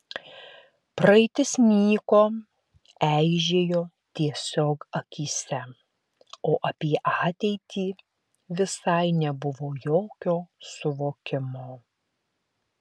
praeitis nyko eižėjo tiesiog akyse o apie ateitį visai nebuvo jokio suvokimo